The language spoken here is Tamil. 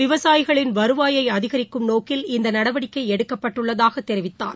விவசாயிகளின் வருவாயை அதிகரிக்கும் நோக்கில் இந்த நடவடிக்கை எடுக்கப்பட்டுள்ளதாகத் தெரிவித்தார்